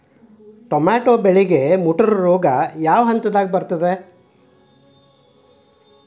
Tomato ಬೆಳೆಗೆ ಮುಟೂರು ರೋಗ ಯಾವ ಹಂತದಲ್ಲಿ ಬರುತ್ತೆ?